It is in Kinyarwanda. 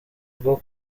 rwo